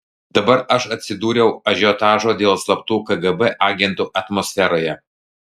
dabar aš atsidūriau ažiotažo dėl slaptų kgb agentų atmosferoje